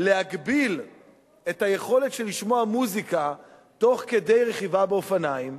להגביל את היכולת לשמוע מוזיקה תוך כדי רכיבה על אופניים,